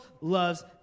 loves